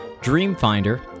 Dreamfinder